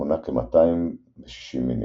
מונה כ-260 מינים.